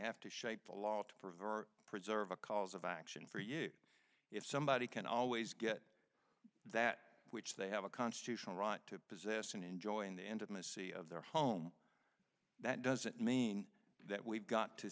have to shape the law to pervert preserve a cause of action for you if somebody can always get that which they have a constitutional right to possess and enjoying the intimacy of their home that doesn't mean that we've got to